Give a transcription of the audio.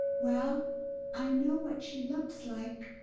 well i know what she looks like!